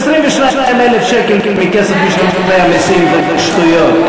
22,000 שקל מכסף משלמי המסים זה שטויות,